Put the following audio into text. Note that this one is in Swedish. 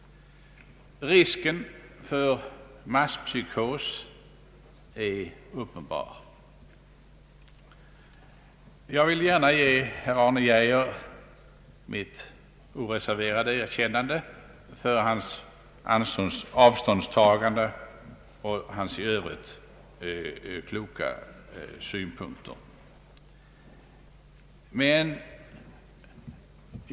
Risken för masspsykos är uppenbar. Jag vill gärna ge herr Arne Geijer mitt oreserverade erkännande för hans avståndstagande och för hans i övrigt kloka synpunkter.